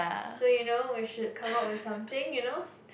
so you know we should come up with something you know